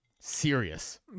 serious